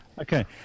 Okay